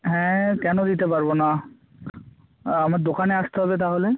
হ্যাঁ কেন দিতে পারবো না আমার দোকানে আসতে হবে তাহলে